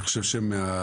אני חושב שמזה,